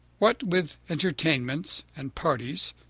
what with entertainments and parties,